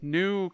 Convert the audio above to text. new